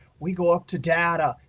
we go up to data,